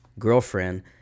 girlfriend